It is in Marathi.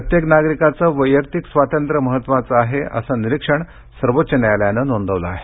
प्रत्येक नागरिकाचं वैयक्तिक स्वातंत्र्य महत्त्वाचं आहे असं निरीक्षण सर्वोच्च न्यायालयानं नोंदवलं आहे